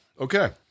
Okay